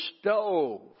stove